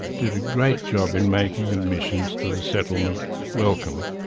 did a great job in making admissions to the settlement welcome.